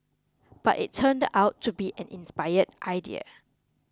but it turned out to be an inspired idea